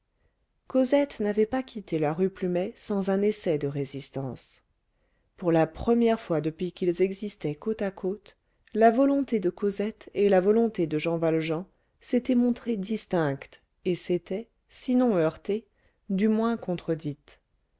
cosette n'avait pas quitté la rue plumet sans un essai de résistance pour la première fois depuis qu'ils existaient côte à côte la volonté de cosette et la volonté de jean valjean s'étaient montrées distinctes et s'étaient sinon heurtées du moins contredites